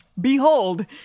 Behold